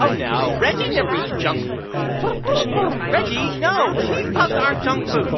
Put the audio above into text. oh, no, reggie never eats junk food reggie, no, cheese puffs aren't junk food